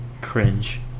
cringe